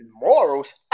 morals